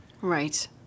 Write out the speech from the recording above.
Right